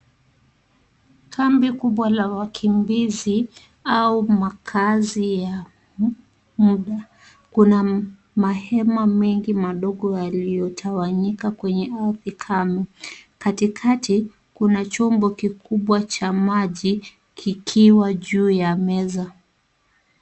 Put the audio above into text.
Kambi kubwa la wakimbizi au makazi ya muda. Kuna mahema mengi madogo yaliyotawanyika kwenye ardhi kame. Katikati kuna chombo kikubwa cha maji kikiwa juu ya meza.